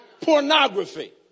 Pornography